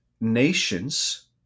nations